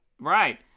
Right